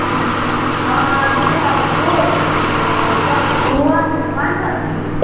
अँ त्यो चाहिँ तपाईँको कति वान वान थर्टी